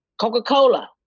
Coca-Cola